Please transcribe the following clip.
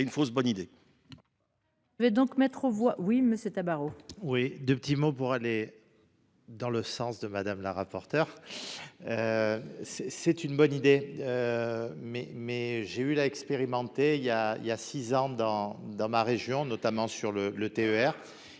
est une fausse bonne idée.